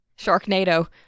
Sharknado